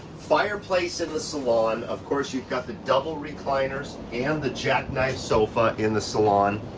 fireplace in the salon, of course you've got the double recliners and the jack knife sofa in the salon,